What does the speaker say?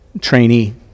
trainee